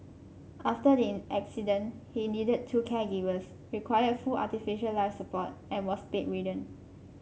after the accident he needed two caregivers required full artificial life support and was bedridden